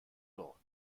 doch